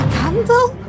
candle